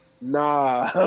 nah